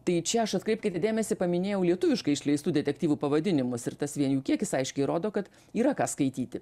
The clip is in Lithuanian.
tai čia aš atkreipkite dėmesį paminėjau lietuviškai išleistų detektyvų pavadinimus ir tas vien jų kiekis aiškiai rodo kad yra ką skaityti